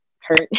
hurt